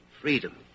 Freedom